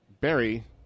Barry